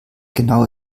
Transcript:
genau